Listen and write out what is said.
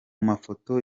mafoto